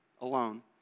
alone